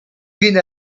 viene